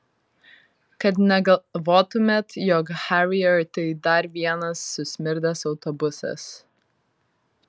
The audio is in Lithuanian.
kad negalvotumėte jog harrier tai dar vienas susmirdęs autobusas